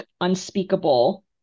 unspeakable